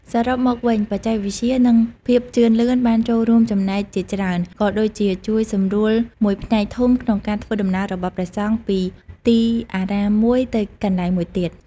សរុបមកវិញ បច្ចេកវិទ្យា និងភាពជឿនលឿនបានចូលរូមចំណែកជាច្រើន ក៏ដូចជាជួយសម្រួលមួយផ្នែកធំក្នុងការធ្វើដំណើររបស់ព្រះសង្ឃពីទីអារាមមួយទៅកន្លែងមួយទៀត។